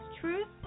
Truth